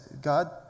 God